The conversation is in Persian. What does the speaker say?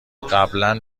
قبلا